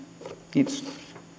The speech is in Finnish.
kiitos